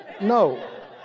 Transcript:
No